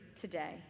today